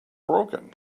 broken